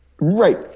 Right